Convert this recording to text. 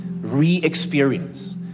re-experience